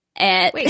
Wait